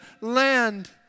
land